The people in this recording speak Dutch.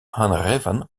aangeven